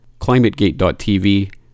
climategate.tv